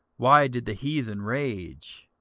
why did the heathen rage,